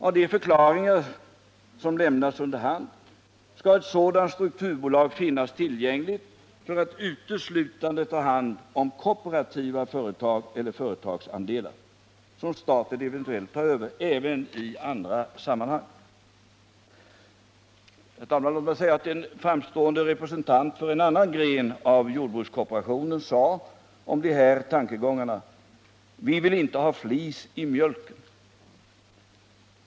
Av de förklaringar som lämnats under hand skall ett sådant strukturbolag finnas tillgängligt för att uteslutande ta hand om kooperativa företag eller företagsandelar, som staten eventuellt tar över även i andra sammanhang. Herr talman! Låt mig säga att en framstående representant för en annan gren av jordbrukskooperationen sade om dessa tankegångar: Vi vill inte ha flis i mjölken.